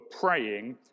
praying